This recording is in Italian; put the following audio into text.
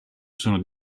sono